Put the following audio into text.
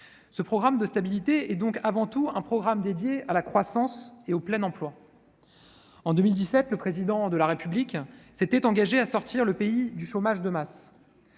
Ce programme de stabilité est avant tout un programme dédié à la croissance et au plein emploi. En 2017, le Président de la République s'était engagé à sortir notre pays du chômage de masse.